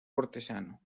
cortesano